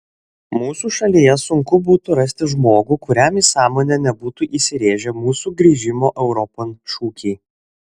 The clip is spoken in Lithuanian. mūsų šalyje sunku būtų rasti žmogų kuriam į sąmonę nebūtų įsirėžę mūsų grįžimo europon šūkiai